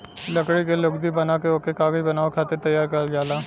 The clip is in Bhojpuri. लकड़ी के लुगदी बना के ओके कागज बनावे खातिर तैयार करल जाला